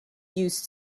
used